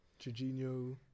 Jorginho